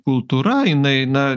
kultūra jinai na